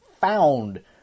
found